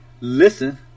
listen